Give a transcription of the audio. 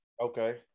Okay